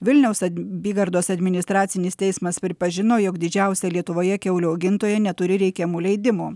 vilniaus apygardos administracinis teismas pripažino jog didžiausia lietuvoje kiaulių augintojai neturi reikiamų leidimų